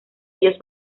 ellos